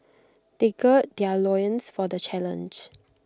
they gird their loins for the challenge